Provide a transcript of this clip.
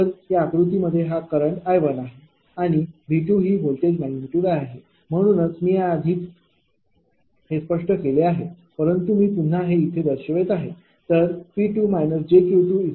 तर या आकृत्यामध्ये हा करंट I1आहे आणि V2ही व्होल्टेज मॅग्निट्यूड आहे म्हणूनच मी या आधीच हे स्पष्ट केले आहे परंतु मी पुन्हा हे इथे दर्शवित आहे